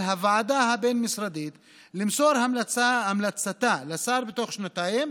על הוועדה הבין-משרדית למסור המלצתה לשר בתוך שנתיים.